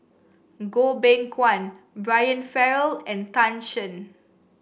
Goh Beng Kwan Brian Farrell and Tan Shen